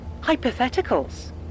hypotheticals